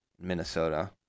Minnesota